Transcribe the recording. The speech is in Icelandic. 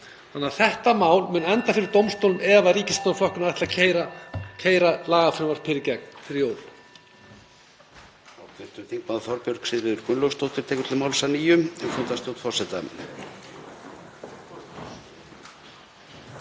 Þannig að þetta mál mun enda fyrir dómstólum ef ríkisstjórnarflokkarnir ætla að keyra lagafrumvarp hér í gegn fyrir jól.